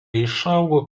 išaugo